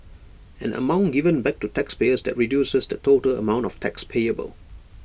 an amount given back to taxpayers that reduces the total amount of tax payable